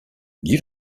you